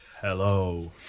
Hello